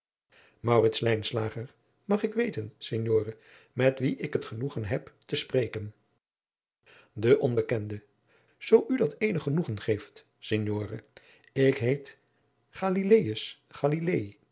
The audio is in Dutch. mag ik weten signore met wien ik het genoegen heb te spreken de onbekende zoo u dat eenig genoegen geeft signore ik heet